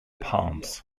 palms